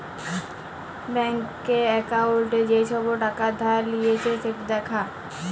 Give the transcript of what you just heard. ব্যাংকে একাউল্টে যে ছব টাকা ধার লিঁয়েছে সেট দ্যাখা